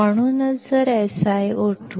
म्हणूनच जर SiO2 0